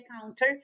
counter